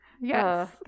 Yes